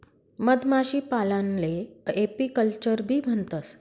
मधमाशीपालनले एपीकल्चरबी म्हणतंस